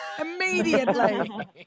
Immediately